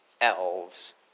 elves